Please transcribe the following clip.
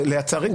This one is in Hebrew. ולצערי,